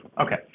okay